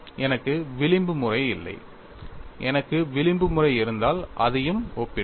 எனக்கு விளிம்பு முறை இல்லை எனக்கு விளிம்பு முறை இருந்தால் அதையும் ஒப்பிடுவேன்